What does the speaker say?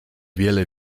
wiele